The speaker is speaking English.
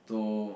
to